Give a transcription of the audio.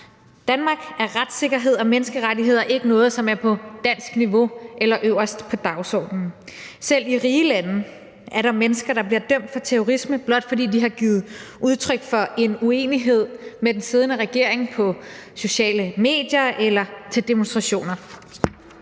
Danmark, er retssikkerhed og menneskerettigheder ikke noget, som er på dansk niveau eller øverst på dagsordenen. Selv i rige lande er der mennesker, der bliver dømt for terrorisme, blot fordi de har givet udtryk for en uenighed med den siddende regering på sociale medier eller til demonstrationer.